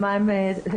מה הן צריכות.